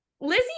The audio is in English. Lizzie